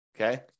Okay